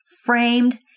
framed